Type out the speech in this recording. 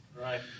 right